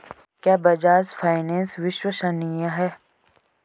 क्या बजाज फाइनेंस विश्वसनीय है?